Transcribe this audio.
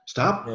Stop